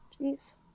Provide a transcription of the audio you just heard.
Jeez